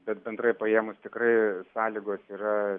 bet bendrai paėmus tikrai sąlygos yra